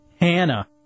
Hannah